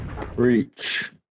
Preach